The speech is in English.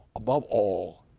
above all,